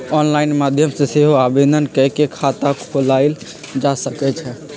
online माध्यम से सेहो आवेदन कऽ के खता खोलायल जा सकइ छइ